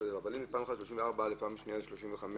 אם היא פעם אחת על סעיף 34(א) ופעם שנייה על סעיף 35(א)?